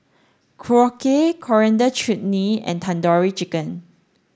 Korokke Coriander Chutney and Tandoori Chicken